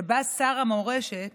ובה שר המורשת